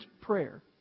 prayer